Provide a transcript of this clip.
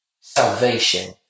salvation